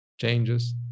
changes